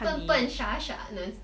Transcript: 笨笨傻傻的